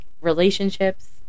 relationships